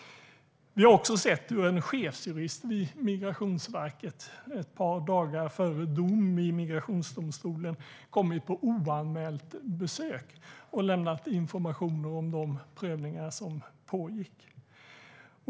Vi har också sett hur en chefsjurist vid Migrationsverket ett par dagar före dom i migrationsdomstolen kommit på oanmält besök och lämnat information om de prövningar som pågick.